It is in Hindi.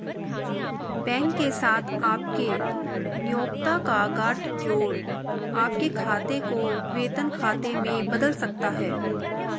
बैंक के साथ आपके नियोक्ता का गठजोड़ आपके खाते को वेतन खाते में बदल सकता है